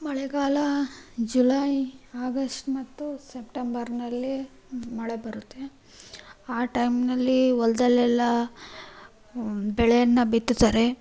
ಮಳೆಗಾಲ July August ಮತ್ತು ಸೆಪ್ಟೆಂಬರ್ನಲ್ಲಿ ಮಳೆ ಬರುತ್ತೆ ಆ ಟೈಮ್ನಲ್ಲಿ ಹೊಲದಲ್ಲೆಲ್ಲಾ ಬೆಳೆಯನ್ನು ಬಿತ್ತುತ್ತಾರೆ